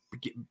get